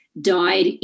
died